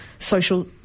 social